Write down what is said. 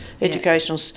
educational